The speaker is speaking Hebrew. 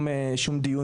ועדה.